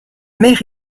mère